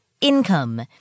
income